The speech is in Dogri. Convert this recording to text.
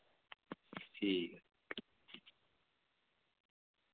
ठीक ऐ